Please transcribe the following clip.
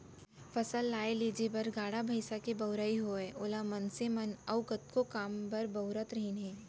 फसल लाए लेजे बर गाड़ा भईंसा के बउराई होवय ओला मनसे मन अउ कतको काम बर बउरत रहिन हें